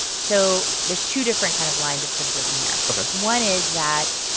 so there's two different kind of lines of criticism here ok one is that,